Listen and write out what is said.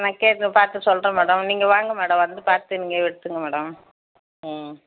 நான் கேட்டு பார்த்து சொல்கிறேன் மேடம் நீங்கள் வாங்க மேடம் வந்து பார்த்து நீங்கள் எடுத்துங்க மேடம் ம்